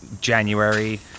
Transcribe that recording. January